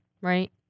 Right